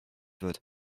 wird